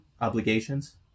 obligations